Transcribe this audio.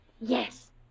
Yes